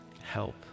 help